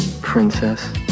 princess